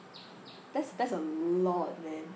that's that's a lot man